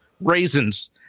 raisins